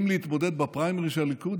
אם להתמודד בפריימריז של הליכוד,